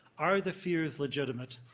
are the fears legitimate?